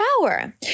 power